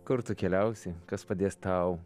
kur tu keliausi kas padės tau